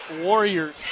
Warriors